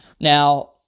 Now